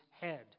head